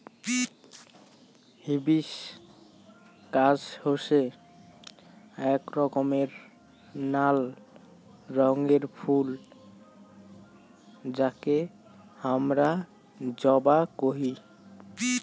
hibiscus হসে আক রকমের নাল রঙের ফুল যাকে হামরা জবা কোহি